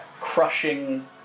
crushing